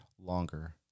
longer